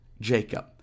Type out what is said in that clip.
Jacob